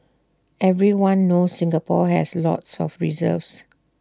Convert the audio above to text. everyone knows Singapore has lots of reserves